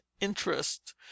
interest